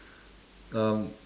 um